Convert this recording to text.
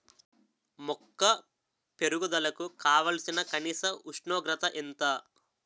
మొక్క పెరుగుదలకు కావాల్సిన కనీస ఉష్ణోగ్రత ఎంత?